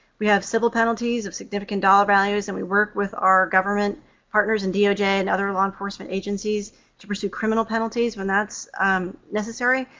we have civil penalties of significant dollar values that and we work with our government partners in doj and other law enforcement agencies to pursue criminal penalties when that's necessary,